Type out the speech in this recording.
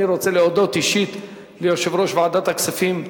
אני רוצה להודות אישית ליושב-ראש ועדת הכספים,